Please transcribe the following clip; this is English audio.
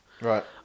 Right